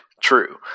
True